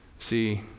See